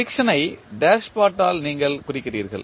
friction ஐ dashpot ஆல் நீங்கள் குறிக்கிறீர்கள்